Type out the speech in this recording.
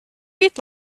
eat